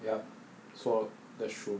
ya 说 that's true